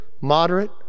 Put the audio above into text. moderate